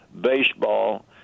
baseball